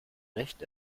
recht